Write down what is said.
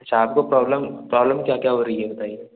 अच्छा आपको problem problem क्या क्या हो रही है बताइए